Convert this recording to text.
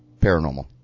Paranormal